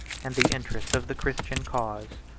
and the interest of the christian cause.